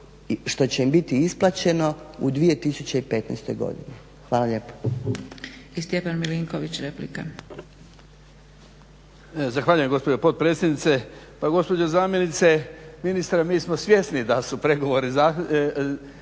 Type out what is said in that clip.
što će im biti isplaćeno u 2015. godini. Hvala lijepa.